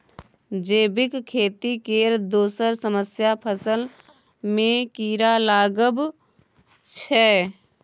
जैबिक खेती केर दोसर समस्या फसल मे कीरा लागब छै